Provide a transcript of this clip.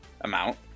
amount